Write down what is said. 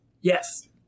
Yes